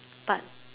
but